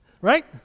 Right